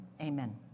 Amen